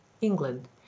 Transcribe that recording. england